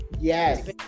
Yes